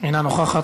אינה נוכחת.